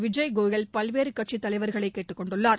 விஜய் கோயல் பல்வேறு கட்சித் தலைவர்களை கேட்டுக் கொண்டுள்ளார்